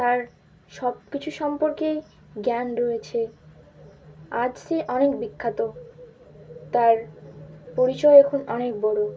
তার সব কিছু সম্পর্কেই জ্ঞান রয়েছে আজ সে অনেক বিখ্যাত তার পরিচয় এখন অনেক বড়ো